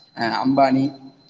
Ambani